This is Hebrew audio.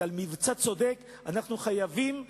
כי על מבצע צודק אנחנו חייבים להגן,